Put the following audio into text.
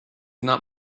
not